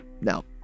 Now